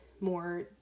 more